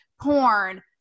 porn